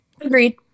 Agreed